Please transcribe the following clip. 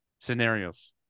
scenarios